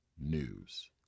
news